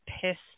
pissed